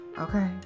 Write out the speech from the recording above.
okay